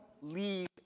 leave